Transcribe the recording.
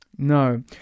No